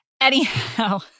Anyhow